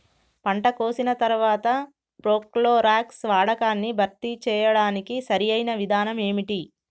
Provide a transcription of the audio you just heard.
పంట కోసిన తర్వాత ప్రోక్లోరాక్స్ వాడకాన్ని భర్తీ చేయడానికి సరియైన విధానం ఏమిటి?